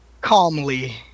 Calmly